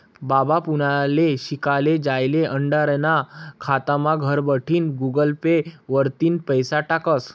बाबा पुनाले शिकाले जायेल आंडेरना खातामा घरबठीन गुगल पे वरतीन पैसा टाकस